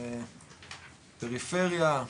פריפריה,